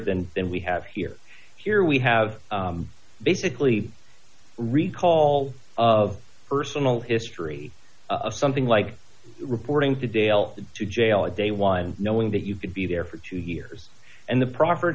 than that we have here here we have basically recall of personal history of something like reporting to dale to jail a day one knowing that you could be there for two years and the pro